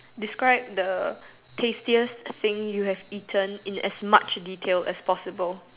describe the tastiest thing you have eating in as much detail as possible